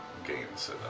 Games